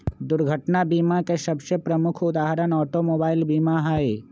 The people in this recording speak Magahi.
दुर्घटना बीमा के सबसे प्रमुख उदाहरण ऑटोमोबाइल बीमा हइ